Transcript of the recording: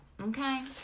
okay